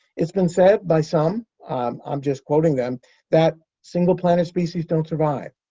it's been said by some i'm just quoting them that single-planet species don't survive.